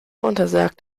untersagt